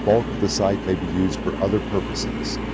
but of the site may be used for other purposes,